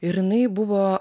ir jinai buvo